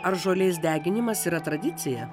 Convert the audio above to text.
ar žolės deginimas yra tradicija